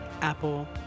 apple